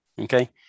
okay